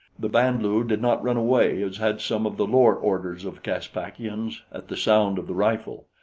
the band-lu did not run away as had some of the lower orders of caspakians at the sound of the rifle.